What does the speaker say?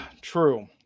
True